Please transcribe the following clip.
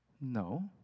No